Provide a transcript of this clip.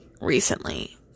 recently